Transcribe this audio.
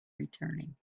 returning